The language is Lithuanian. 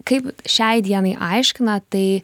kaip šiai dienai aiškina tai